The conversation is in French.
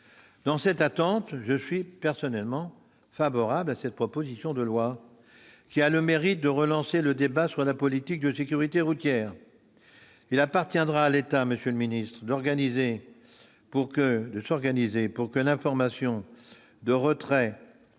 Dans cette attente, je suis personnellement favorable à cette proposition de loi, qui a le mérite de relancer le débat sur la politique de sécurité routière. Il appartiendra à l'État, monsieur le secrétaire d'État, de s'organiser pour que l'information du retrait